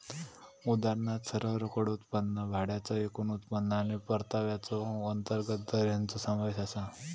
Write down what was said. उदाहरणात सरळ रोकड उत्पन्न, भाड्याचा एकूण उत्पन्न आणि परताव्याचो अंतर्गत दर हेंचो समावेश आसा